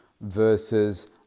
versus